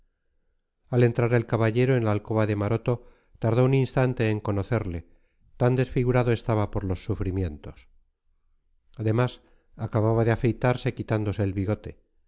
entrar el caballero en la alcoba de maroto tardó un instante en conocerle tan desfigurado estaba por los sufrimientos además acababa de afeitarse quitándose el bigote